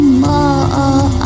more